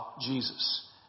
Jesus